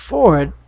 Ford